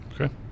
Okay